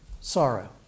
sorrow